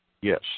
Yes